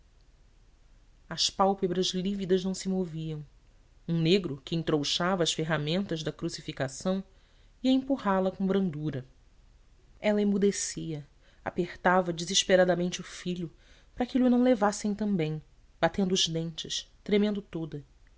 ainda as pálpebras lívidas não se moviam um negro que entrouxava as ferramentas da crucificação ia empurrá la com brandura ela emudecia apertava desesperadamente o filho para que lho não levassem também batendo os dentes tremendo toda